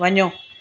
वञो